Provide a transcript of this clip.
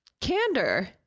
candor